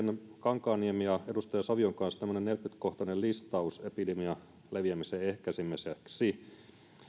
kankaanniemen ja edustaja savion kanssa tämmöisen neljäkymmentä kohtaisen listauksen epidemian leviämisen ehkäisemiseksi